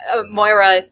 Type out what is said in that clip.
Moira